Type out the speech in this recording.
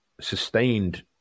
sustained